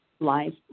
life